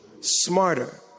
smarter